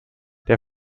der